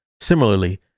Similarly